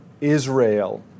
Israel